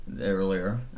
earlier